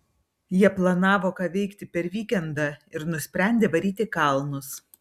jie planavo ką veikti per vykendą ir nusprendė varyt į kalnus